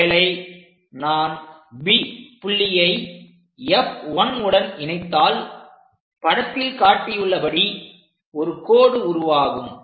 ஒருவேளை நான் B புள்ளியை F1 உடன் இணைத்தால் படத்தில் காட்டியுள்ளபடி ஒரு கோடு உருவாகும்